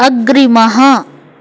अग्रिमः